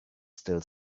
still